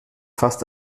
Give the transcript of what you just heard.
fast